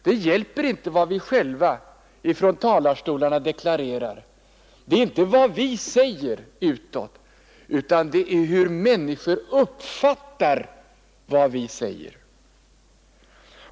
Det hjälper inte vad vi själva från talarstolarna deklarerar. Det är här inte fråga om vad vi säger utåt, utan det är fråga om hur människor uppfattar vad vi säger.